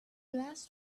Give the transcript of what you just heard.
last